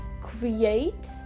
create